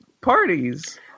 parties